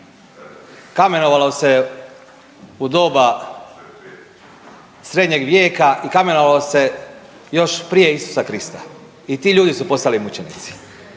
Kamenovalo se u doba srednjeg vijeka i kamenovalo se još prije Isusa Krista i ti ljudi su postali mučenici.